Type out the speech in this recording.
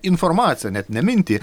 informaciją net ne mintį